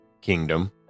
kingdom